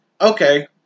okay